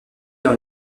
dans